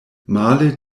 male